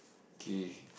okay